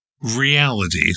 reality